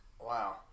wow